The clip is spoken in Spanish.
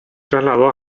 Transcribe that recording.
trasladó